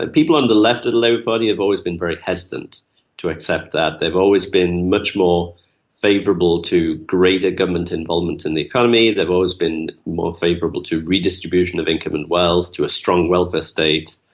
and people on the left of the labour party have always been very hesitant to accept that, they've always been much more favourable to greater government involvement in the economy, they've always been more favourable to redistribution of income and wealth, to a strong welfare state,